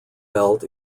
belt